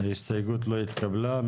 ההסתייגות לא התקבלה.